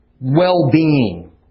well-being